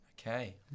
Okay